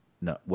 No